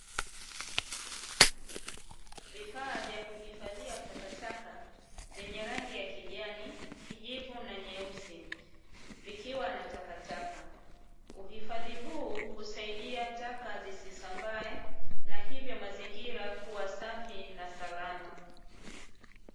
Vifaa vya kuhifadhia takataka vyenye rangi ya kijani, kijivu, na nyeusi vikiwa na takataka, uhifadhi huu husaidia taka zisisambae na hivyo mazingira kuwa safi na salama.